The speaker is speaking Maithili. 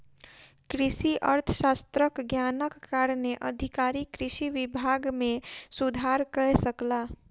कृषि अर्थशास्त्रक ज्ञानक कारणेँ अधिकारी कृषि विभाग मे सुधार कय सकला